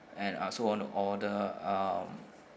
and I also want to order um